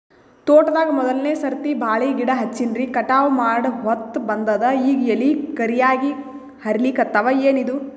ತೋಟದಾಗ ಮೋದಲನೆ ಸರ್ತಿ ಬಾಳಿ ಗಿಡ ಹಚ್ಚಿನ್ರಿ, ಕಟಾವ ಮಾಡಹೊತ್ತ ಬಂದದ ಈಗ ಎಲಿ ಕರಿಯಾಗಿ ಹರಿಲಿಕತ್ತಾವ, ಏನಿದು?